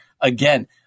again